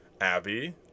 Abby